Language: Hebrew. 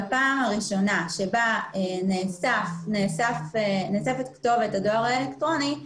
בפעם הראשונה שבה נאספת כתובת הדואר האלקטרוני,